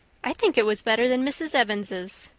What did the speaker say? i think it was better than mrs. evans's.